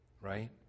right